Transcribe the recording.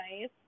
nice